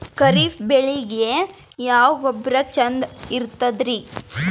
ಖರೀಪ್ ಬೇಳಿಗೆ ಯಾವ ಗೊಬ್ಬರ ಚಂದ್ ಇರತದ್ರಿ?